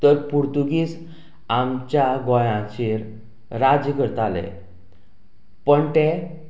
तर पोर्तुगीज आमच्या गोंयांचेर राज्य करताले पण ते